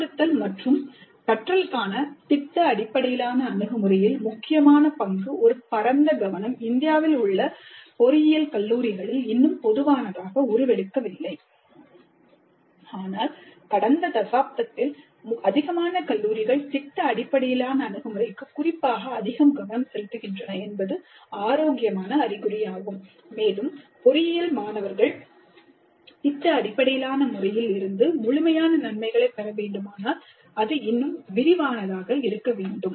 அறிவுறுத்தல் மற்றும் கற்றலுக்கான திட்ட அடிப்படையிலான அணுகுமுறையில் முக்கியமான பங்கு ஒரு பரந்த கவனம் இந்தியாவில் உள்ள பொறியியல் கல்லூரிகளில் இன்னும் பொதுவானதாக உருவெடுக்க இல்லை ஆனால் கடந்த தசாப்தத்தில் அதிகமான கல்லூரிகள் திட்ட அடிப்படையிலான அணுகுமுறைக்கு குறிப்பாக அதிக கவனம் செலுத்துகின்றன என்பது ஆரோக்கியமான அறிகுறியாகும் மேலும் பொறியியல் மாணவர்கள் திட்ட அடிப்படையிலான முறையில் இருந்து முழுமையான நன்மைகளைப் பெற வேண்டுமானால் அது இன்னும் விரிவானதாக இருக்க வேண்டும்